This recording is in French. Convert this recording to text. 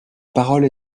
parole